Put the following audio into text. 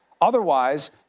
Otherwise